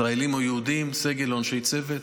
ישראלים או יהודים, סגל או אנשי צוות,